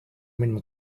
minum